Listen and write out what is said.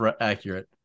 accurate